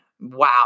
Wow